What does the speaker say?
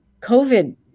covid